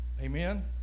Amen